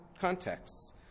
contexts